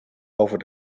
over